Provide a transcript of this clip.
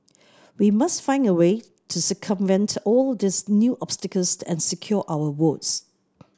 we must find a way to circumvent all these new obstacles and secure our votes